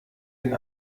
den